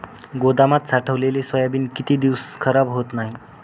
गोदामात साठवलेले सोयाबीन किती दिवस खराब होत नाही?